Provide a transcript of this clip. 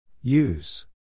Use